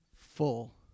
full